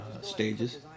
stages